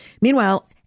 Meanwhile